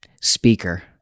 speaker